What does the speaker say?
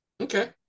Okay